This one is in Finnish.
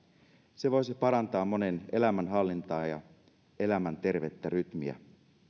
se voisi parantaa monen elämänhallintaa ja elämän tervettä rytmiä